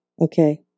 Okay